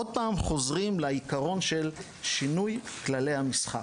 עוד פעם חוזרים לעקרון של שינוי כללי המשחק.